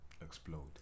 explode